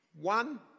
One